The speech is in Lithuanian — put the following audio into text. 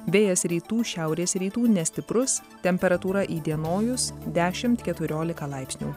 vėjas rytų šiaurės rytų nestiprus temperatūra įdienojus dešimt keturiolika laipsnių